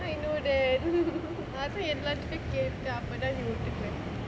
I know that அதா எல்லாத்து கிட்ட கேட்ட அப்பதா நீ ஒத்துக்குவ:athaa ellaathu kitta kaetta appathaa nee othukkuva